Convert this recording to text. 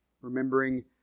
remembering